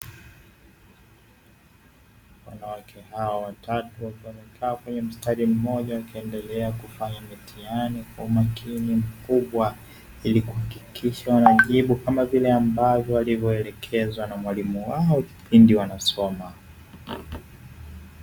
Wanawake hawa watatu wakiwa wamekaa kwenye mstari mmoja wakiendelea kufanya mitihani kwa umakini mkubwa, ili kuhakikisha wanajibu kama vile ambavyo walivyoelekezwa na mwalimu wao kipindi wanasoma.